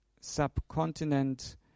subcontinent